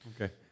okay